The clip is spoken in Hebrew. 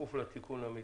בכפוף למתבקש.